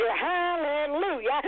Hallelujah